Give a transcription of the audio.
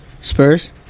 Spurs